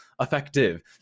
effective